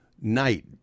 night